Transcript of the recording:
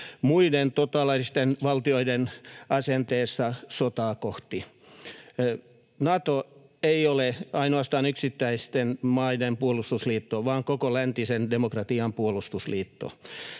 muiden totalitaaristen valtioiden asenteessa sotaa kohtaan. Nato ei ole ainoastaan yksittäisten maiden puolustusliitto vaan koko läntisen demokratian puolustusliitto.